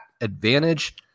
advantage